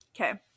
Okay